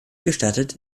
gestattet